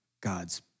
God's